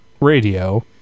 radio